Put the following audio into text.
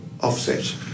offset